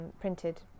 printed